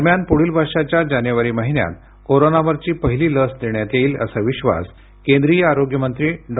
दरम्यान पुढील वर्षाच्या जानेवारी महिन्यात कोरोनावरची पहिली लस देण्यात येईल असा विश्वास केंद्रीय आरोग्यमंत्री डॉ